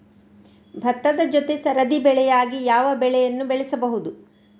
ಭತ್ತದ ಜೊತೆ ಸರದಿ ಬೆಳೆಯಾಗಿ ಯಾವ ಬೆಳೆಯನ್ನು ಬೆಳೆಯಬಹುದು?